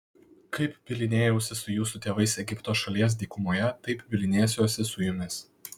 kaip bylinėjausi su jūsų tėvais egipto šalies dykumoje taip bylinėsiuosi su jumis